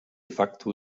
facto